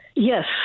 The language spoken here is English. Yes